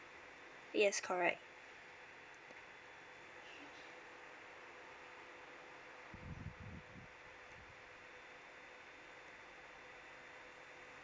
yes correct